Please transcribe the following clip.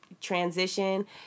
transition